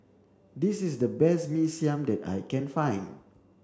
this is the best Mee Siam that I can find